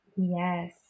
Yes